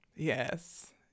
Yes